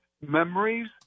memories